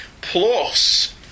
Plus